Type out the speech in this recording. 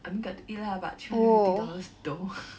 I mean got to eat lah but three hundred and fifty dollars though